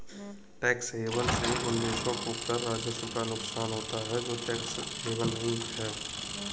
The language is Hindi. टैक्स हेवन से उन देशों को कर राजस्व का नुकसान होता है जो टैक्स हेवन नहीं हैं